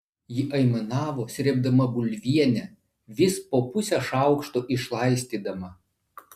ji aimanavo srėbdama bulvienę vis po pusę šaukšto išlaistydama